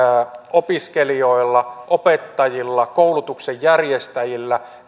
opiskelijoilla opettajilla koulutuksen järjestäjillä